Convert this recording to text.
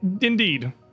indeed